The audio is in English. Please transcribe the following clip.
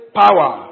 power